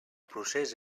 procés